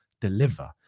deliver